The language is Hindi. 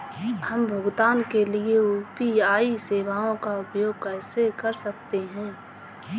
हम भुगतान के लिए यू.पी.आई सेवाओं का उपयोग कैसे कर सकते हैं?